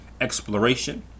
exploration